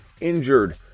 injured